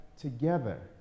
together